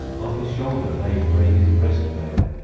on his shoulder lay braided breast-mail,